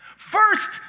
First